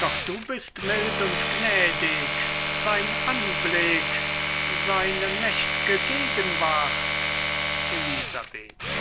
doch du bist mild und gnädig sein anblick seine mächt'ge gegenwart elisabeth